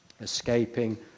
escaping